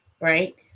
Right